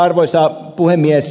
arvoisa puhemies